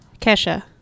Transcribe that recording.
kesha